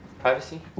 Privacy